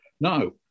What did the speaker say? No